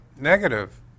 negative